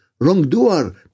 wrongdoer